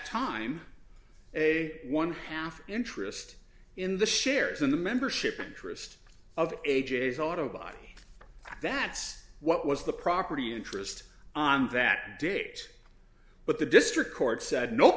time a one half interest in the shares in the membership interest of ages auto body that's what was the property interest on that date but the district court said no